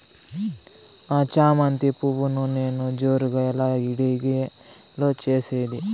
నా చామంతి పువ్వును నేను జోరుగా ఎలా ఇడిగే లో చేసేది?